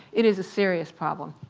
it is a serious problem.